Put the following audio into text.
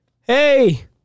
hey